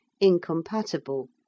incompatible